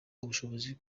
ubushobozi